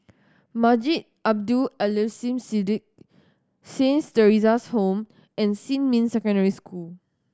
Masjid Abdul Aleem Siddique Saint Theresa's Home and Xinmin Secondary School